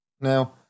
Now